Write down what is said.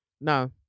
no